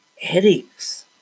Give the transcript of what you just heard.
headaches